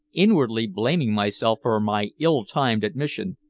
inwardly blaming myself for my ill-timed admission.